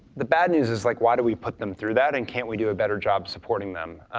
the bad news is like, why do we put them through that, and can't we do a better job supporting them?